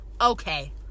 okay